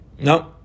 No